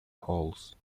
halls